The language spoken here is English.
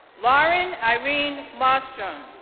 lauren irene mostrom,